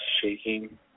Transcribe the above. shaking